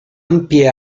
ampie